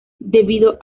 debido